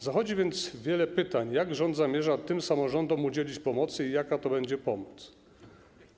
Pojawia się więc wiele pytań o to, jak rząd zamierza tym samorządom udzielić pomocy i jaka to będzie pomoc.